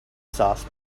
sauce